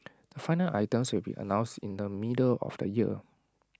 the final items will be announced in the middle of the year